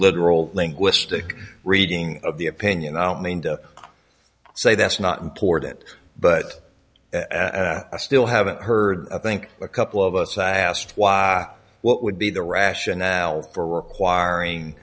literal linguistic reading of the opinion i don't mean to say that's not important but i still haven't heard a think a couple of us asked what would be the rationale for requiring